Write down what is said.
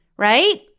right